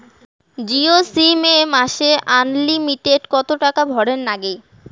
Jio sim এ মাসে unlimited কত টাকা ভরের নাগে?